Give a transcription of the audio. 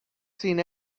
seen